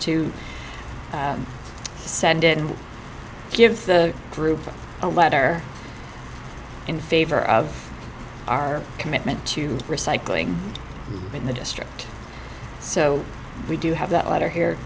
to send it and give the group a letter in favor of our commitment to recycling in the district so we do have that letter here